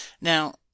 Now